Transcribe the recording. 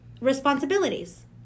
responsibilities